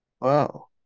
Wow